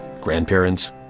grandparents